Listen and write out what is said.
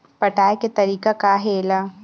पटाय के तरीका का हे एला?